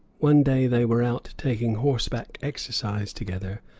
one day they were out taking horseback exercise together,